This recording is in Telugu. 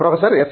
professor S